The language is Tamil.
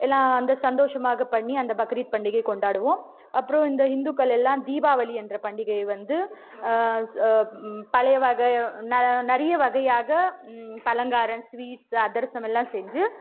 எல்லாம் அந்த சந்தோஷமாகப் பண்ணி அந்த பக்ரீத் பண்டிகை கொண்டாடுவோம் அப்புறம் இந்த இந்துக்கள் எல்லாம் தீபாவளி என்ற பண்டிகையை வந்து பழைய வகை ந நிறைய வகையாக பலகாரம் ஸ்வீட்ஸ் அதிரசம் எல்லாம் செஞ்சு